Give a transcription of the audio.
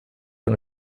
und